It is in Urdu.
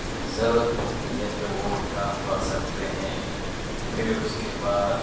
ضرورت پڑتی ہے تو وہ بھی کام کر سکتے ہیں پھر اس کے بعد